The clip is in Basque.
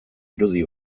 irudi